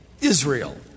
Israel